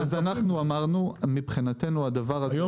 אמרנו שמבחינתנו הדבר הזה --- היום